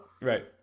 Right